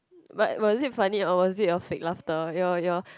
but but was it funny or it's a bit of fake laughter your your